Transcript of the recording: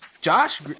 Josh